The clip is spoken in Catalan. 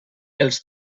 els